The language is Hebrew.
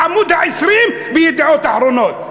בעמוד 20 ב"ידיעות אחרונות".